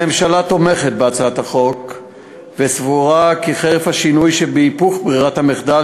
הממשלה תומכת בהצעת החוק וסבורה כי חרף השינוי שבהיפוך ברירת המחדל,